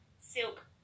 silk